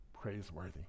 praiseworthy